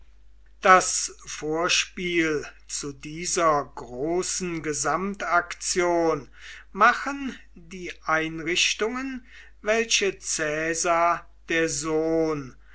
das vorspiel zu dieser großen gesamtaktion machen die einrichtungen welche caesar der sohn